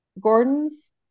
Gordon's